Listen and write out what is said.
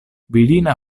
virina